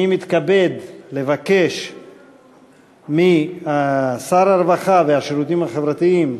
אני מתכבד לבקש משר הרווחה והשירותים החברתיים,